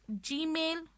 Gmail